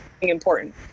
important